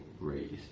raised